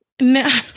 no